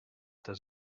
does